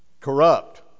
corrupt